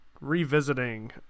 revisiting